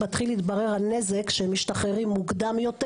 מתחיל להתברר הנזק כשהם משתחררים מוקדם יותר.